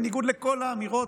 בניגוד לכל האמירות,